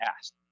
asked